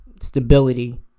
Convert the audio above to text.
Stability